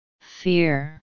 Fear